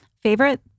Favorite